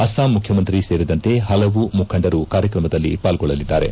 ಆಸ್ಲಾಂ ಮುಖ್ಯಮಂತ್ರಿ ಸೇರಿದಂತೆ ಪಲವು ಮುಖಂಡರು ಕಾರ್ಯಕ್ರಮದಲ್ಲಿ ಪಾಲ್ಗೊಳ್ಳಲಿದ್ದಾರೆ